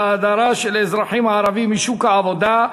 וההדרה של האזרחים הערבים משוק העבודה,